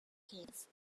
case